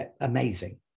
amazing